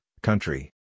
country